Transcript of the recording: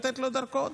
לתת לו דרכון.